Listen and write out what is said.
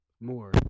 more